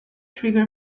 trigger